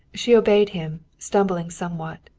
she obeyed him, stumbling somewhat.